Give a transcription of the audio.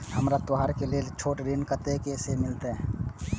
हमरा त्योहार के लेल छोट ऋण कते से मिलते?